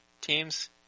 teams